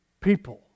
people